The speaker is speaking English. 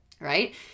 right